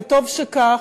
וטוב שכך.